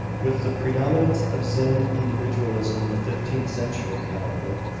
with the predominance of zen individualism in the fifteenth century, however,